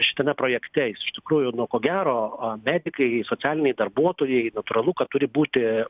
šitame projekte jis iš tikrųjų ir nu ko gero medikai socialiniai darbuotojai natūralu kad turi būti